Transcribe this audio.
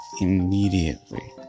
immediately